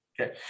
Okay